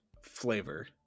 flavor